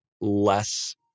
less